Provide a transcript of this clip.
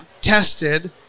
tested